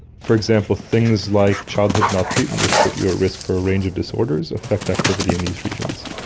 for example, things like childhood maltreatment which put you at risk for a range of disorders, affect activity in these regions.